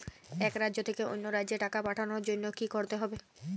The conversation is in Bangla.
এক রাজ্য থেকে অন্য রাজ্যে টাকা পাঠানোর জন্য কী করতে হবে?